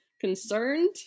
concerned